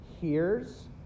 hears